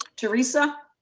teresa.